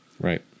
Right